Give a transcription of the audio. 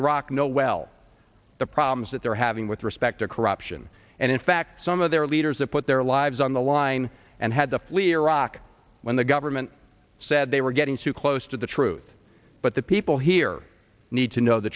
iraq know well the problems that they're having with respect to corruption and in fact some of their leaders have put their lives on the line and had to flee iraq when the government said they were getting too close to the truth but the people here need to know the